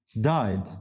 died